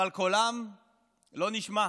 אבל קולם לא נשמע.